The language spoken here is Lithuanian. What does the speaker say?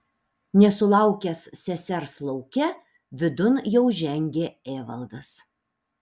nesulaukęs sesers lauke vidun jau žengė evaldas